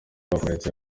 bakomeretse